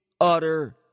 utter